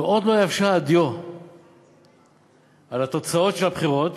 ועוד לא יבשה הדיו על תוצאות הבחירות,